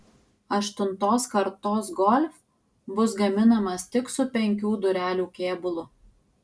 aštuntos kartos golf bus gaminamas tik su penkių durelių kėbulu